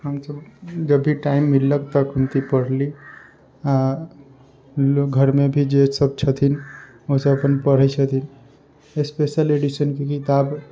हम सभ जब भी टाइम मिललक तखन ई पढ़ली आ लोक घरमे भी जे सभ छथिन ओसभ अपन पढ़ैत छथिन स्पेशल एडिशनके किताब